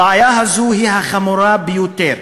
הבעיה הזו היא החמורה ביותר.